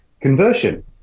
conversion